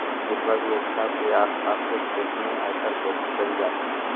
विषवत रेखा के आस पास के क्षेत्र में एकर खेती कईल जाला